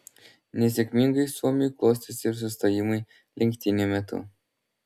nesėkmingai suomiui klostėsi ir sustojimai lenktynių metu